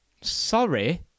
Sorry